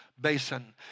basin